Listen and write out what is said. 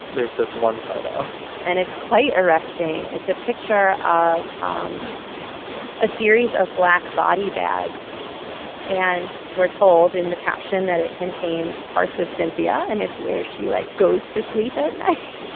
there's this one photo and it's quite arresting. it's a picture of um a series of black body bags and we're told in the caption that it contains parts of cynthia and it's where she, like, goes to sleep at night.